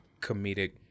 comedic